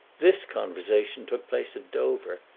this conversation took place at dover,